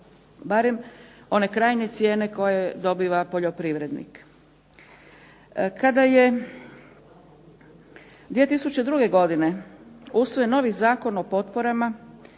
Barem one krajnje cijene koje dobiva poljoprivrednik. Kada je 2002. godine usvojen novi Zakon o potporama